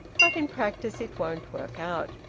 but in practice it won't work out.